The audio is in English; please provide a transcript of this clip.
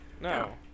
no